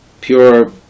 pure